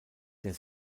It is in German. der